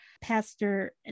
pastor